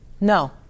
no